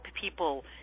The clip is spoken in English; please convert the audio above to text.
people